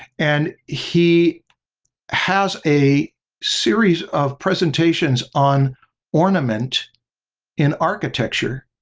and he has a series of presentations on ornament in architecture.